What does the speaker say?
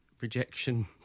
rejection